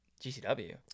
GCW